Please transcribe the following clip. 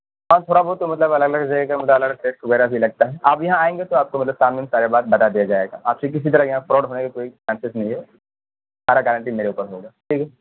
ہاں تھوڑا بہت تو مطلب الگ الگ رہے گا مطلب الگ الگ ریٹ وغیرہ بھی لگتا ہے آپ یہاں آئیں گے تو آپ کو مطلب سامنے میں سارا بات بتا دیا جائے گا آپ سے کسی طرح یہاں کوئی فراڈ ہونے کی کوئی چانسز نہیں ہے سارا گارنٹی میرے اوپر ہوگا ٹھیک ہے